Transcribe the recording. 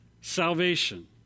salvation